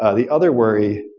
ah the other worry,